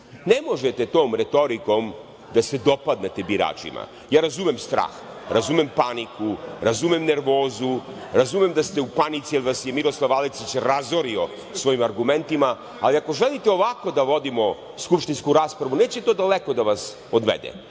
možete tom retorikom da se dopadnete biračima. Ja razumem strah, razumem paniku, razumem nervozu, razumem da ste u panici, jer vas je Miroslav Aleksić razorio svojim argumentima, ali ako želite ovako da vodimo skupštinsku raspravu, neće to daleko da vas odvede. Iz